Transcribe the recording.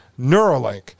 Neuralink